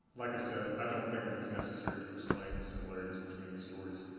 like i said, i don't think that it's necessary to explain the similarities between these stories